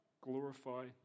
glorify